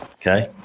Okay